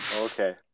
Okay